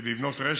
כדי לבנות רשת